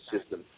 system